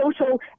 social